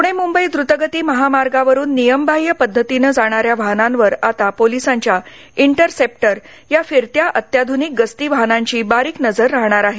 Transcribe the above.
पुणे मुंबई द्रतगती महामार्गावरून नियमबाह्य पद्धतीने जाणाऱ्या वाहनांवर आता पोलिसांच्या इंटर सेप्टर या फिरत्या अत्याधुनिक गस्ती वाहनांची बारीक नजर राहणार आहे